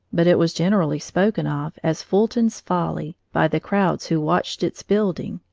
but it was generally spoken of as fulton's folly by the crowds who watched its building.